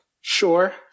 Sure